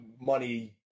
money